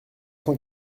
cent